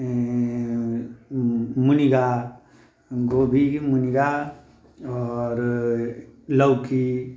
मुनिगा गोभी की मुनिगा और लौकी